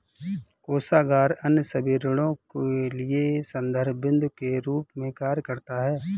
कोषागार अन्य सभी ऋणों के लिए संदर्भ बिन्दु के रूप में कार्य करता है